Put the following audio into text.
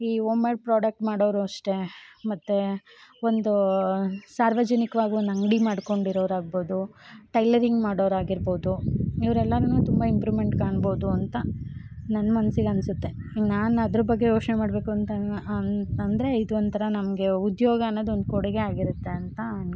ಈ homemade product ಮಾಡೋರು ಅಷ್ಟೇ ಮತ್ತೆ ಒಂದು ಸಾರ್ವಜನಿಕವಾಗಿ ಒಂದು ಅಂಗಡಿ ಮಾಡ್ಕೊಂಡು ಇರೋರು ಆಗಬೋದು ಟೈಲರಿಂಗ್ ಮಾಡೋರು ಆಗಿರಬೋದುದು ಇವ್ರೆಲ್ಲನುನೂ ತುಂಬ ಇಂಪ್ರುವ್ಮೆಂಟ್ ಕಾಣ್ಬೋದು ಅಂತ ನನ್ನ ಮನಸಿಗೆ ಅನಿಸುತ್ತೆ ಇನ್ನು ನಾನು ಅದ್ರ ಬಗ್ಗೆ ಯೋಚನೆ ಮಾಡಬೇಕು ಅಂತ ಅಂದರೆ ಇದೊಂಥರ ನಮಗೆ ಉದ್ಯೋಗ ಅನ್ನೋದು ಒಂದು ಕೊಡುಗೆಯಾಗಿರುತ್ತೆ ಅಂತ ಅಂದ್ಕೊತೀನಿ